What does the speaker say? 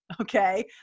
Okay